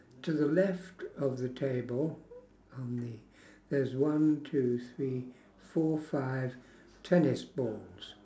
to the left of the table on the there's one two three four five tennis balls